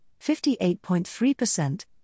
58.3%